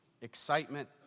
excitement